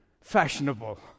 fashionable